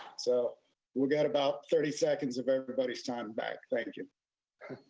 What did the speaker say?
so we'll get about thirty seconds of everybody's time back. thank you.